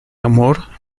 amor